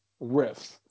riffs